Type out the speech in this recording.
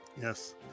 Yes